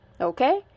Okay